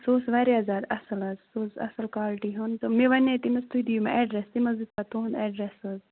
سُہ اوس واریاہ زیادٕ اصٕل حظ سُہ اوس اَصٕل کالٹی ہُنٛد تہٕ مےٚ وَنے تٔمِس تُہۍ دِیِو مےٚ اٮ۪ڈرَس تٔمۍ حظ دیُت پَتہٕ تُہُنٛد اٮ۪ڈرَس حظ